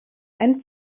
ein